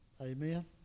Amen